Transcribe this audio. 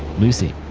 lucy.